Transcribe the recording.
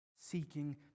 seeking